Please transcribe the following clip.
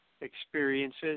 experiences